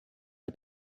der